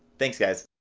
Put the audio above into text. thanks guys!